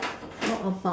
how about